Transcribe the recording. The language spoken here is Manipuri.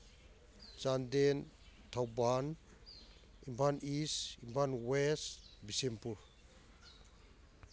Chandel Thoubal Imphal east Imphal west Bishnupur